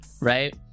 right